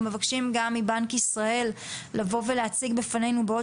אנחנו מבקשים גם מבנק ישראל לבוא ולהציג בפנינו בעוד